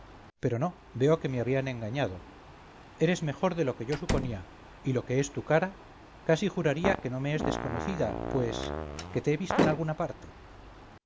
pero no veo que me habían engañado eres mejor de lo que yo suponía y lo que es tu cara casi juraría que no me es desconocida pues que te he visto en alguna parte